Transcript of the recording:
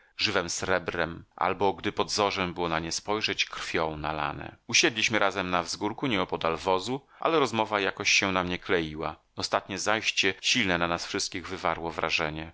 żywem srebrem albo gdy pod zorzę było na nie spojrzeć krwią nalane usiedliśmy razem na wzgórku nieopodal wozu ale rozmowa jakoś się nam nie kleiła ostatnie zajście silne na nas wszystkich wywarło wrażenie